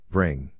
Bring